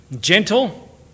gentle